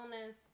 illness